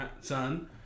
son